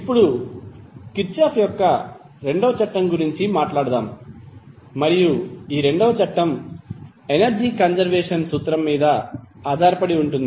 ఇప్పుడు కిర్చోఫ్ యొక్క రెండవ చట్టం గురించి మాట్లాడుదాం మరియు ఈ రెండవ చట్టం ఎనర్జీ కన్సర్వేషన్ సూత్రం మీద ఆధారపడి ఉంటుంది